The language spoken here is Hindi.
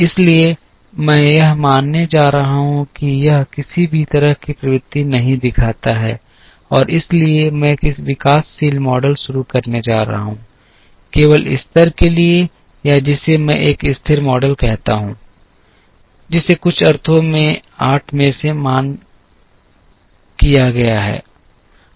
इसलिए मैं यह मानने जा रहा हूं कि यह किसी भी तरह की प्रवृत्ति नहीं दिखाता है और इसलिए मैं विकासशील मॉडल शुरू करने जा रहा हूं केवल स्तर के लिए या जिसे मैं एक स्थिर मॉडल कहता हूं जिसे कुछ अर्थों में 8 में से मान्य किया गया है